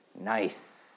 Nice